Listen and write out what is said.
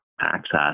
access